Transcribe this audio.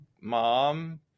mom